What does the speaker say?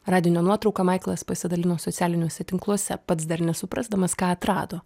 radinio nuotrauka maiklas pasidalino socialiniuose tinkluose pats dar nesuprasdamas ką atrado